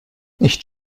nicht